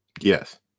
yes